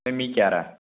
ꯅꯣꯏ ꯃꯤ ꯀꯌꯥꯔꯥ